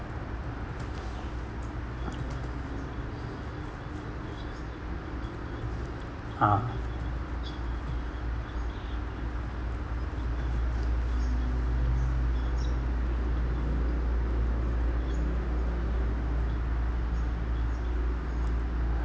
uh